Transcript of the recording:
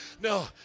No